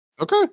Okay